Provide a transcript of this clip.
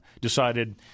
decided